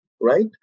right